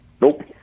Nope